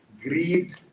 greed